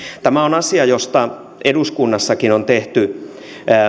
tämä on asia josta eduskunnassakin on tehty